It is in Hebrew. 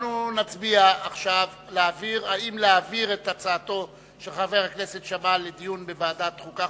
אנחנו נצביע אם להעביר את הצעתו של חבר הכנסת שאמה לדיון בוועדת חוקה,